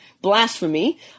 blasphemy